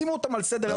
שימו אותם על סדר-היום,